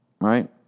right